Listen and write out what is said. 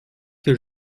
que